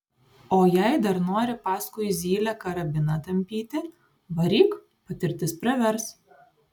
o jei dar nori paskui zylę karabiną tampyti varyk patirtis pravers